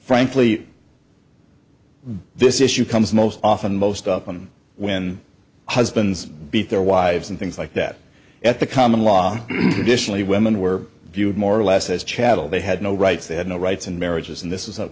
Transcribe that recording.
frankly this issue comes most often most upham when husbands beat their wives and things like that at the common law the women were viewed more or less as chattel they had no rights they had no rights and marriages and this